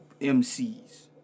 MCs